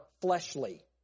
fleshly